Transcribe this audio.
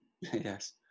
Yes